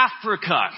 Africa